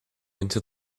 into